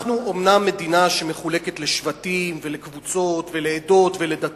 אנחנו אומנם מדינה שמחולקת לשבטים ולקבוצות ולעדות ולדתות,